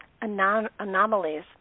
anomalies